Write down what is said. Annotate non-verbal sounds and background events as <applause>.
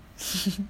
<laughs>